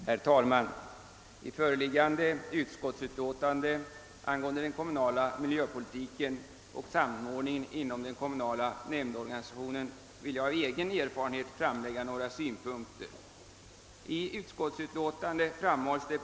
Herr talman! I konstitutionsutskottets utlåtande nr 39 behandlas den kommunala miljöpolitiken och samordningen inom den kommunala nämndorganisationen, och jag vill framföra några synpunkter på dessa frågor som grundar sig på egen erfarenhet.